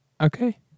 Okay